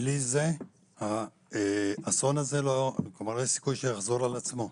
בלי זה יש סיכוי שאסון כזה יחזור על עצמו.